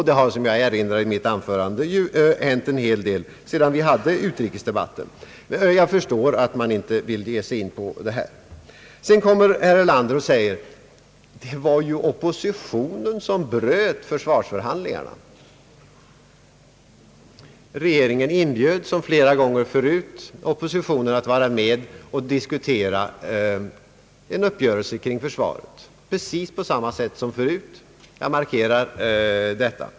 Det har — såsom jag erinrade om i mitt anförande — hänt en hel del sedan vi hade utrikesdebatten. Jag förstår att herr Erlander inte vill ge sig in på detta område. Herr Erlander påstår, att det var oppositionen som bröt försvarsförhandlingarna. Regeringen inbjöd såsom flera gånger förut oppositionen att vara med och diskutera en uppgörelse kring försvaret. Jag markerar att det skedde precis på samma sätt som tidigare.